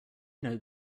know